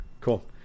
Cool